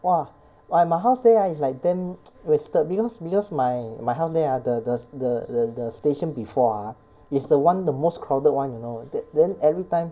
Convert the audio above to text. !wah! !wah! my house there ah is like damn wasted because because my my house there ah the the the the the station before ah is the one the most crowded one you know then then everytime